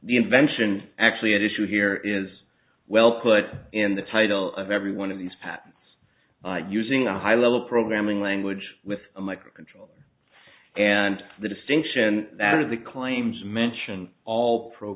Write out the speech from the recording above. the invention actually at issue here is well put in the title of every one of these patents using a high level programming language with a microcontroller and the distinction that of the claims mention all